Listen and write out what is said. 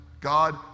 God